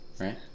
right